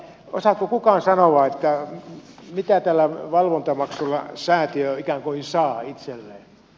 osaako kukaan sanoa mitä tällä valvontamaksulla säätiö ikään kuin saa itselleen